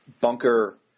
bunker